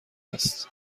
است